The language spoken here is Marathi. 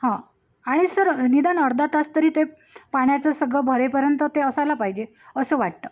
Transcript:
आणि सर निदान अर्धा तास तरी ते पाण्याचं सगळं भरेपर्यंत ते असायला पाहिजे असं वाटतं